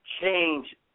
change